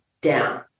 down